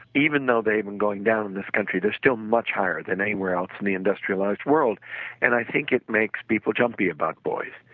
even though they've been going down in this country they're still much higher than anywhere else in the industrialized world and i think it makes people jumpy about boys.